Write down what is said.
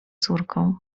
córką